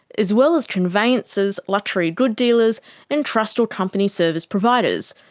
as well as conveyancers, luxury good dealers and trust or company service providers.